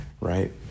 right